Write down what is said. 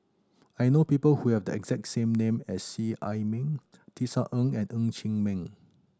I know people who have the exact same name as Seet Ai Mee Tisa Ng and Ng Chee Meng